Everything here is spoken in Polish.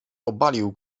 obalił